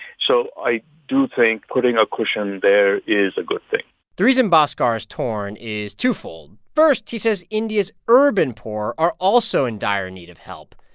so i do think putting a cushion there is a good thing the reason bhaskar is torn is twofold. first, he says india's urban poor are also in dire need of help,